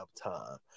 time